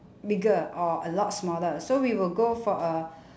bigger or a lot smaller so we will go for a